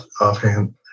offhand